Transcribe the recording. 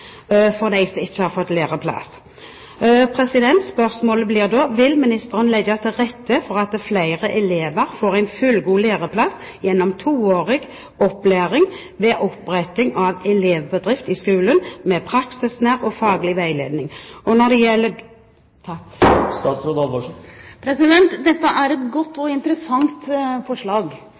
for dem som ikke har fått læreplass. Spørsmålet blir da: Vil ministeren legge til rette for at flere elever får en fullgod læreplass gjennom toårig opplæring ved oppretting av elevbedrift i skolen med praksisnær og faglig veiledning? Dette er et godt og interessant forslag. Jeg tror det